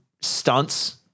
stunts